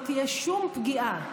לא תהיה שום פגיעה,